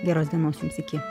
geros dienos jums iki